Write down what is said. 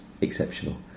exceptional